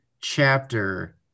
chapter